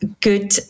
good